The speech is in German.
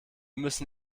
müssen